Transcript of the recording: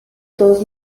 todos